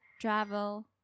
travel